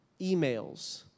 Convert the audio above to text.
emails